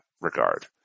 regard